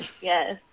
Yes